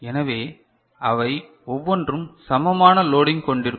எனவே அவை ஒவ்வொன்றும் சமமான லோடிங் கொண்டிருக்கும்